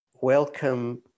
welcome